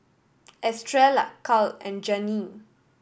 Estrella Cal and Janene